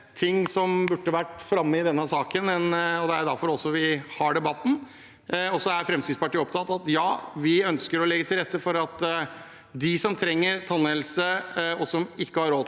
ting som burde vært framme i denne saken, og det er også derfor vi har debatten. Fremskrittspartiet er opptatt av at vi ønsker å legge til rette for at de som trenger tannhelsehjelp, og som ikke har råd til